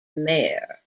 mayor